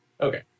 Okay